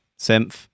synth